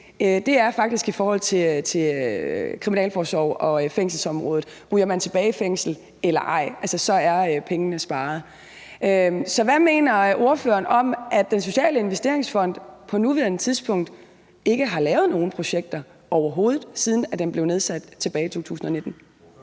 en effekt, er i forhold til kriminalforsorgen og fængselsområdet. Om man ryger tilbage i fængsel eller ej, er pengene sparet. Så hvad mener ordføreren om, at Den Sociale Investeringsfond på nuværende tidspunkt ikke har lavet nogen projekter overhovedet, siden den blev nedsat tilbage i 2019?